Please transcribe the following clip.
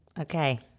Okay